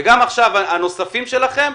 גם הנוספים שלכם,